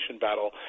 battle